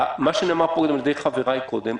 כמו שנאמר פה על-ידי חבריי קודם,